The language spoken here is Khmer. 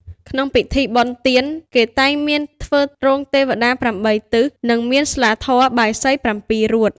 ក្នុងពិធីបុណ្យទាន គេតែមានធ្វើរោងទេវតា ៨ ទិស និងមានស្លាធម៌ បាយសី ៧ រួត។